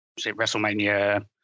wrestlemania